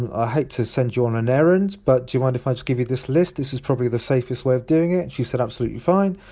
and i hate to send you on an errand but do you mind if i just give you this list, this is probably the safest way of doing it? she said absolutely fine.